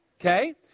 Okay